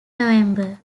november